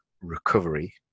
recovery